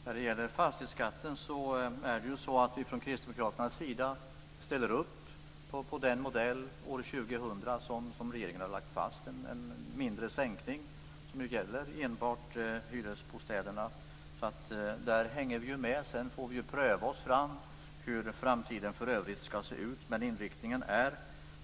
Fru talman! När det gäller fastighetsskatten ställer vi från Kristdemokraternas sida upp på den modell år 2000 som regeringen har lagt fast - en mindre sänkning som gäller enbart hyresbostäderna. Där hänger vi med. Sedan får vi pröva oss fram för att se hur framtiden i övrigt ska se ut, men inriktningen är